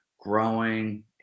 growing